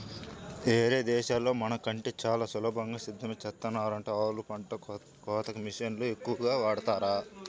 యేరే దేశాల్లో మన కంటే చానా సులభంగా సేద్దెం చేత్తన్నారంట, ఆళ్ళు పంట కోతకి మిషన్లనే ఎక్కువగా వాడతన్నారు